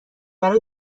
برا